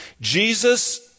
Jesus